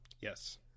Yes